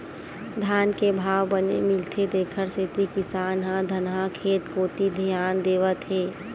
धान के भाव बने मिलथे तेखर सेती किसान ह धनहा खेत कोती धियान देवत हे